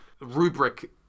rubric